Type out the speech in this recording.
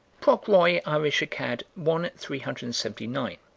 proc. roy. irish acad, one three hundred and seventy nine